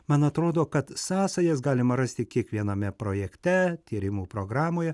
man atrodo kad sąsajas galima rasti kiekviename projekte tyrimų programoje